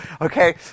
Okay